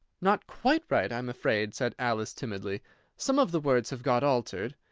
not quite right, i'm afraid, said alice, timidly some of the words have got altered.